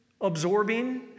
absorbing